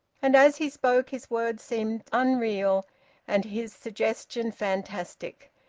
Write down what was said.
and as he spoke his words seemed unreal and his suggestion fantastic.